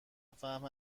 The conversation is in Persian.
فهم